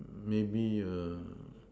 maybe err